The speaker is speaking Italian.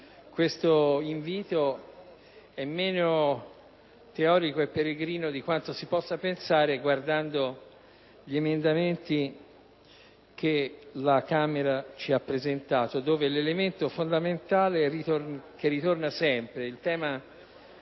questo invito è meno teorico e peregrino di quanto si possa pensare: negli emendamenti che la Camera ci ha presentato l'elemento fondamentale che ritorna sempre, e il tema